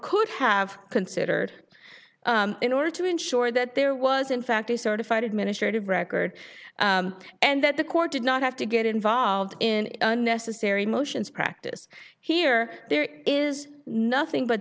could have considered in order to ensure that there was in fact a certified administrative record and that the court did not have to get involved in unnecessary motions practice here there is nothing but